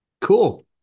Cool